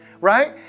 right